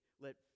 Let